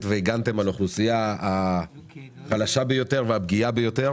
והגנתם על האוכלוסייה החלשה והפגיעה ביותר.